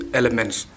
elements